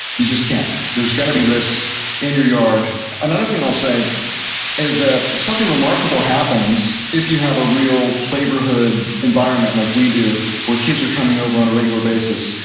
you just can't. there's going to be risks in your yard another thing i'll say is that something remarkable happens if you have a real playborhood environment like we do, where kids are coming over on a regular basis.